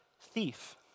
thief